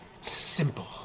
Simple